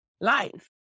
life